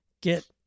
get